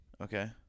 Okay